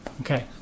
Okay